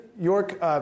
York